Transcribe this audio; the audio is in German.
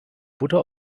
butter